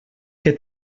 què